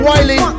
Wiley